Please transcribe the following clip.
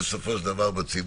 בסופו של דבר בציבור,